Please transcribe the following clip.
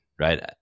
right